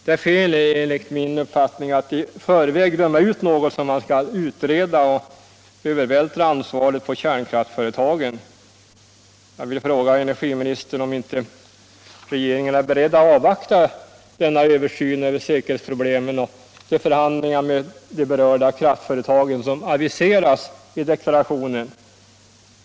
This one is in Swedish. Det är enligt min uppfattning fel att i förväg döma ut något som man skall utreda och att övervältra ansvaret på kärnkraftsföretagen. Jag vill fråga energiministern om inte regeringen är beredd att avvakta den översyn över säkerhetsproblemen och de förhandlingar med de berörda kraftföretagen som aviseras i deklarationen.